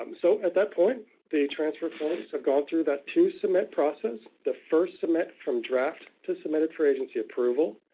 um so at that point the transfer forms have gone through that two submit process. the first submit from draft to submitted for agency approval.